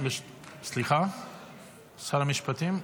שר המשפטים?